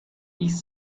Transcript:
east